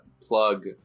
plug